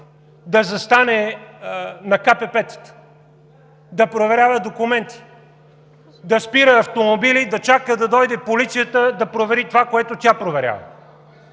да застане на КПП-тата, за да проверява документи, да спира автомобили и да чака да дойде полицията, за да провери това, което тя проверява.